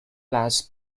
lasts